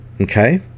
Okay